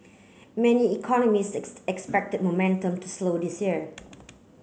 many economists expect momentum to slow this year